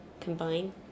combine